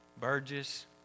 Burgess